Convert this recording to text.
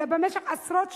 אלא במשך עשרות שנים,